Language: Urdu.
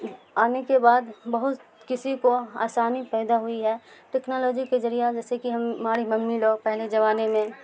آنے کے بعد بہت کسی کو آسانی پیدا ہوئی ہے ٹیکنالوجی کے ذریعہ جیسے کہ ہماری ممی لو پہلے زمانے میں